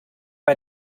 bei